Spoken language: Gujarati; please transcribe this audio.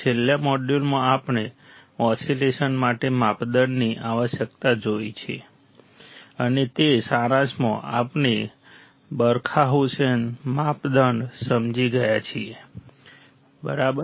છેલ્લા મોડ્યુલમાં આપણે ઓસિલેશન માટે માપદંડની આવશ્યકતા જોઈ છે અને તે સારાંશમાં આપણે બરખાહુસેન માપદંડ સમજી ગયા છીએ બરાબર